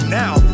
now